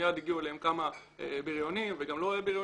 מייד הגיעו אליהם כמה בריונים וגם לא בריונים.